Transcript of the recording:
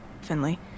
Finley